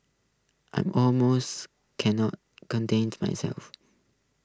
I'm almost can not contain myself